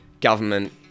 government